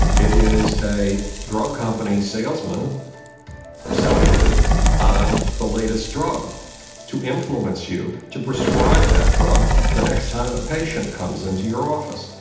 it is a drug company salesman selling you on the latest drug to influence you to prescribe that drug the next time a patient comes into your office.